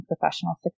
professional